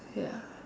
ya